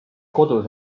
kodus